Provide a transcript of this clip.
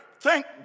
thank